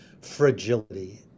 fragility